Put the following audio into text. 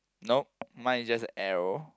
nope mine is just a arrow